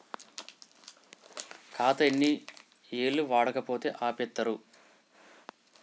ఖాతా ఎన్ని ఏళ్లు వాడకపోతే ఆపేత్తరు?